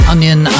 Onion